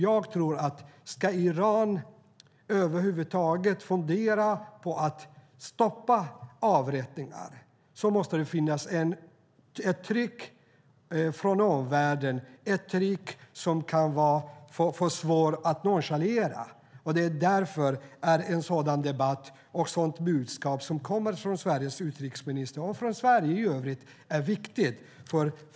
Jag tror att ska Iran över huvud taget fundera på att stoppa avrättningar måste det finnas ett tryck från omvärlden som är för svårt att nonchalera. Därför är det viktigt med en sådan debatt och ett sådant budskap som kommer från Sveriges utrikesminister och från Sverige i övrigt.